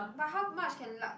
but how much can like